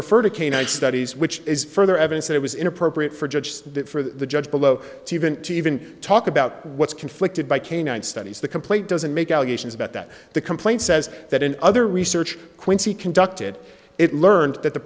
refer to canine studies which is further evidence that it was inappropriate for judge that for the judge below even to even talk about what's conflicted by canine studies the complaint doesn't make allegations about that the complaint says that in other research quincey conducted it learned that the